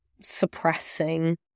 suppressing